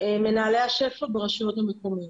מנהלי השפ"ע ברשויות המקומיות.